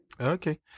Okay